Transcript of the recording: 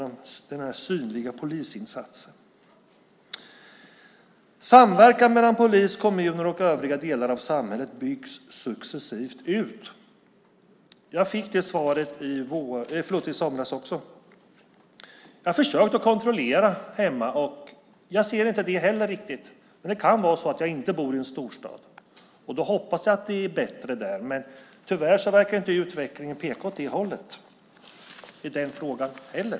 Jag fick det svaret i somras också att samverkan mellan polis, kommuner och övriga delar av samhället successivt byggs ut. Jag har försökt att kontrollera det hemma, och jag ser inte det heller riktigt. Det kan bero på att jag inte bor i en storstad. Jag hoppas att det är bättre där, men tyvärr verkar inte utvecklingen peka åt det hållet i den frågan heller.